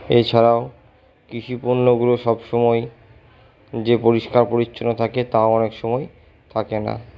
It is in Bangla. এছাড়াও কৃষিপণ্যগুলো সবসময় যে পরিষ্কার পরিচ্ছন্ন থাকে তাও অনেকসময় থাকে না